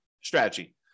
strategy